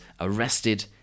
arrested